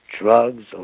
drugs